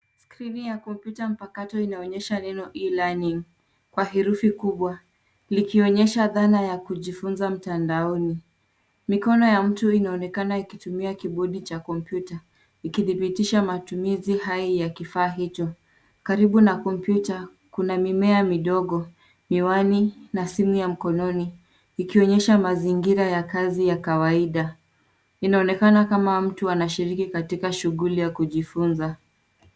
Skrini ya kompyuta mpakato inaonyesha neno e-learning kwa herufi kubwa, likionyesha dhana ya kujifunza mtandaoni. Mikono ya mtu inaonekana ikitumia kibodi cha kompyuta, ikithibitisha matumizi hai ya kifaa hicho. Karibu na kompyuta kuna mimea midogo, miwani na simu ya mkononi, ikionyesha mazingira ya kazi ya kawaida. Inaonekana kama mtu anashiriki katika shughuli ya kujifunza.